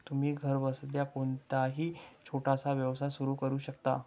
तुम्ही घरबसल्या कोणताही छोटासा व्यवसाय सुरू करू शकता